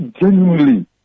genuinely